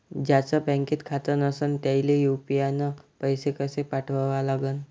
ज्याचं बँकेत खातं नसणं त्याईले यू.पी.आय न पैसे कसे पाठवा लागन?